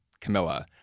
Camilla